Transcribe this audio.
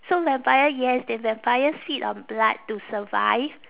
so vampire yes the vampires feed on blood to survive